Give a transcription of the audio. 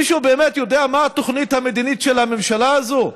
מישהו באמת יודע מה התוכנית המדינית של הממשלה הזו?